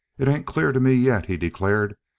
it ain't clear to me yet, he declared,